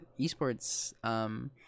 esports